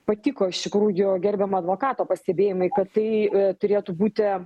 patiko iš tikrųjų gerbiamo advokato pastebėjimai kad tai turėtų būti